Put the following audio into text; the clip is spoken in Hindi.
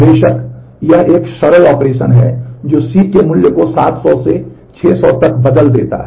बेशक यह एक सरल ऑपरेशन है जो C के मूल्य को 700 से 600 तक बदल देता है